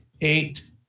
eight